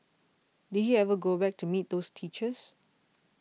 did he ever go back to meet those teachers